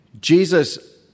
Jesus